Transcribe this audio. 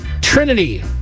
Trinity